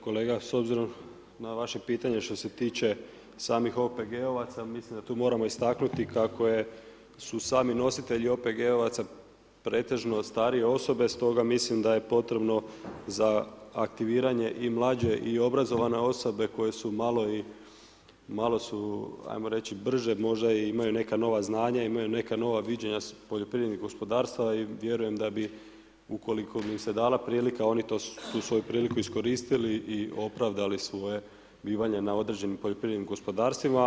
Kolega s obzirom na vaše pitanje, što se tiče samih OPG-ovaca mislim da tu moramo istaknuti, kako su sami nositelji OPG-ovaca pretežno starije osobe stoga mislim da je potrebno za aktiviranje i mlađe i obrazovane osobe koje su malo, malo su ajmo reći brže i imaju neka nova znanja i imaju neka nova viđenja s poljoprivrednih gospodarstava i vjerujem da bi ukoliko bi im se dala prilika, oni tu svoju priliku iskoristili i opravdali svoje bivanje na određenim poljoprivrednim gospodarstvima.